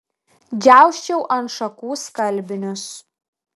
džiausčiau ant šakų skalbinius